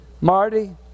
Marty